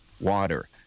water